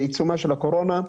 בעיצומה של הקורונה,